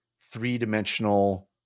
three-dimensional